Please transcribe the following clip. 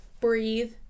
Breathe